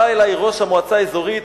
בא אלי ראש המועצה האזורית,